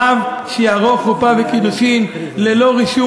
רב שיערוך חופה וקידושין ללא רישום